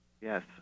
Yes